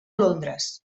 londres